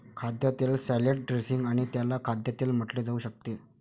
खाद्यतेल salad dressing आणि त्याला खाद्यतेल म्हटले जाऊ शकते